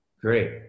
Great